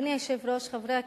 אדוני היושב-ראש, חברי הכנסת,